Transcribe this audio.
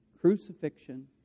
crucifixion